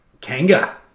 Kanga